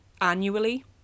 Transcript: annually